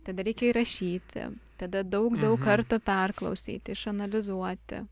tada reikia įrašyti tada daug daug kartų perklausyti išanalizuoti